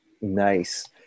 Nice